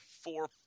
four